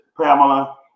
Pamela